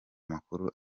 makuru